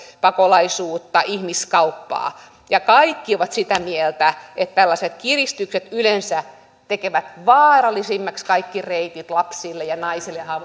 pakolaisuutta ihmiskauppaa kaikki ovat sitä mieltä että tällaiset kiristykset yleensä tekevät vaarallisemmaksi kaikki reitit lapsille ja naisille